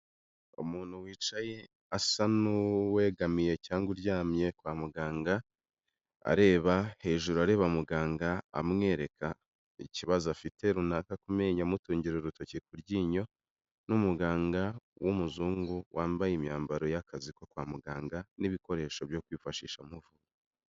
Umuntu wicaye asa n'uwegamiye cyangwa uryamye kwa muganga, areba hejuru, areba muganga, amwereka ikibazo afite runaka ku menyo, amutungira urutoki ku ryinyo n'umuganga w'umuzungu, wambaye imyambaro y'akazi ko kwa muganga n'ibikoresho byo kwifashisha amuvura.